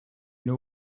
know